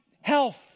health